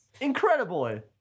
Incredible